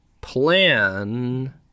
plan